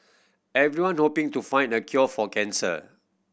everyone hoping to find a cure for cancer